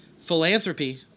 Philanthropy